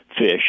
fish